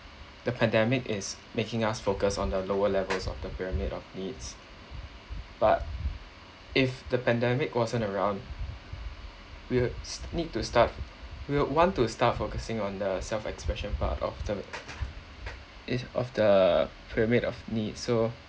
the pandemic is making us focus on the lower levels of the pyramid of needs but if the pandemic wasn't around we will need to start we will want to start focusing on the self expression part of the if of the pyramid of need so